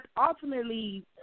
Ultimately